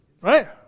right